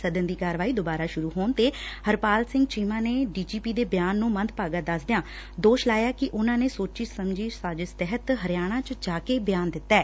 ਸਦਨ ਦੀ ਕਾਰਵਾਈ ਦੁਬਾਰਾ ਸੁਰੂ ਹੋਣ ਤੇ ਹਰਪਾਲ ਚੀਮਾ ਨੇ ਡੀ ਜੀ ਪੀ ਦੇ ਬਿਆਨ ਨੰ ਮੰਦਭਾਗਾ ਦਸਦਿਆਂ ਦੋਸ਼ ਲਾਇਆ ਕਿ ਉਨਾਂ ਨੇ ਸੋਚੀ ਸਮਝੀ ਸਾਜਿਸ਼ ਤਹਿਤ ਹਰਿਆਣਾ ਚ ਜਾ ਕੇ ਬਿਆਨ ਦਿੱਤੈ